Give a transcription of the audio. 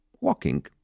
walking